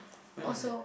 when was that